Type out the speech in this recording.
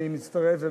אני מצטרף,